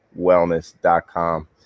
Wellness.com